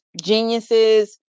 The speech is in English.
geniuses